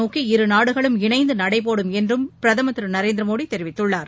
நோக்கி இருநாடுகளும் இணைந்து நடைபோடும் என்றும் பிரதமர் திரு நரேந்திரமோடி தெரிவித்துள்ளார்